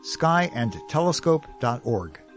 skyandtelescope.org